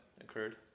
occurred